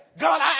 God